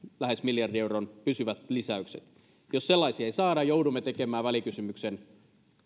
lähes miljardin euron pysyvät lisäykset jos sellaisia ei saada joudumme tekemään välikysymyksen